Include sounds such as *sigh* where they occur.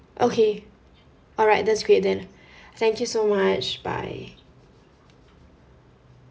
okay alright that's great then *breath* thank you so much bye